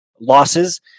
losses